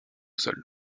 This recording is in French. sol